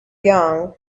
young